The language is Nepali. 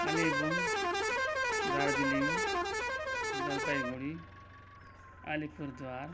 कालेबुङ दार्जिलिङ जलपाइगुडी अलिपुरद्वार